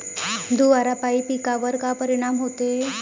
धुवारापाई पिकावर का परीनाम होते?